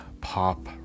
pop